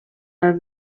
are